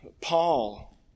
Paul